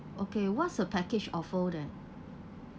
okay what's the package offer there